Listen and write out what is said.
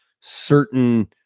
certain